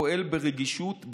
הפועל ברגישות,